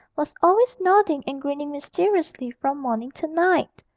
was always nodding and grinning mysteriously from morning to night.